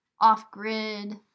off-grid